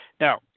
now